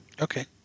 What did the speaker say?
Okay